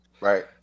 right